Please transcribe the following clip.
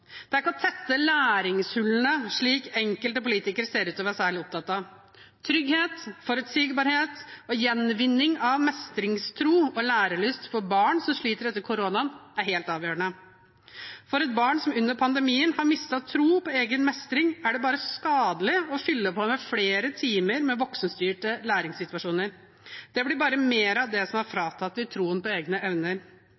Det er ikke å tette læringshullene, slik enkelte politikere ser ut til å være særlig opptatt av. Trygghet, forutsigbarhet og gjenvinning av mestringstro og lærelyst for barn som sliter etter koronaen, er helt avgjørende. For et barn som under pandemien har mistet tro på egen mestring, er det bare skadelig å fylle på med flere timer med voksenstyrte læringssituasjoner. Det blir bare mer av det som